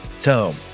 Tome